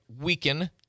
weaken